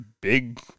big